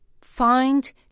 find